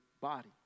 body